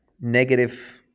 negative